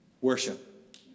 worship